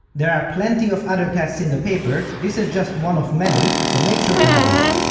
there are plenty of other tests in the paper, this is just one of many, so make sure to have a look.